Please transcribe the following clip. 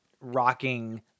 rocking